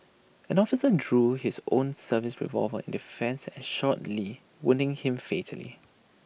an officer drew his own service revolver in defence and shot lee wounding him fatally